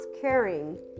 caring